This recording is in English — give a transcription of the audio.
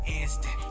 instant